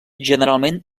generalment